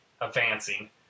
advancing